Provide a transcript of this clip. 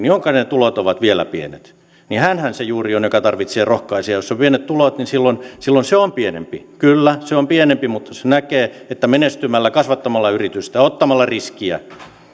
jonka tulot ovat vielä pienet on juuri se joka tarvitsee rohkaisijaa jos on pienet tulot niin silloin silloin yritys on pienempi kyllä se on pienempi mutta silloin näkee että menestymällä kasvattamalla yritystä ottamalla riskiä